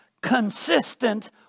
consistent